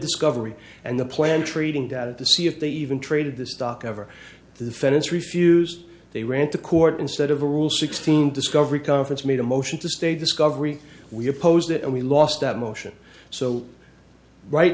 discovery and the plan trading data to see if they even traded the stock over the fence refused they ran to court instead of a rule sixteen discovery conference made a motion to stay discovery we opposed it and we lost that motion so right